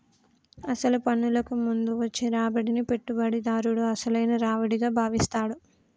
అసలు పన్నులకు ముందు వచ్చే రాబడిని పెట్టుబడిదారుడు అసలైన రావిడిగా భావిస్తాడు